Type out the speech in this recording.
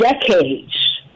decades